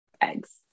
eggs